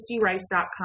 christyrice.com